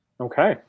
Okay